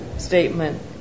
statement